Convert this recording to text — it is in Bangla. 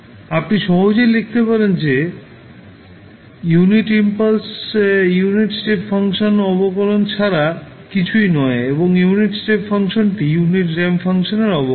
আপনি সহজেই লিখতে পারেন যে ইউনিট ইম্পালস ইউনিট স্টেপ ফাংশনের অবকলন ছাড়া কিছুই নয় এবং ইউনিট স্টেপ ফাংশনটি ইউনিট র্যাম্প ফাংশনের অবকলন